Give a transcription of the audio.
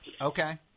Okay